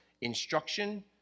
Instruction